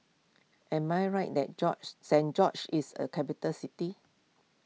am I right that George Saint George's is a capital city